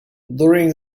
during